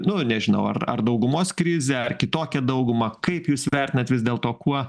nu nežinau ar ar daugumos krizę ar kitokią daugumą kaip jūs vertinat vis dėlto kuo